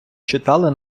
читали